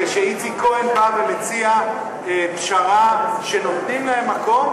כשאיציק כהן בא ומציע פשרה שנותנים להם מקום,